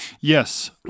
Yes